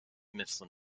mifflin